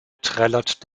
trällert